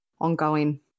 ongoing